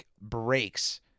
breaks